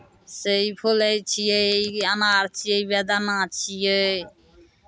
से ई फूल छियै ई अनार छियै ई बेदाना छियै